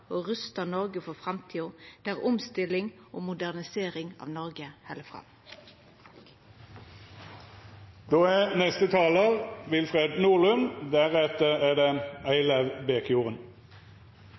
og rustar Noreg for framtida, der omstilling og modernisering av Noreg